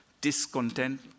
discontent